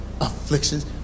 Afflictions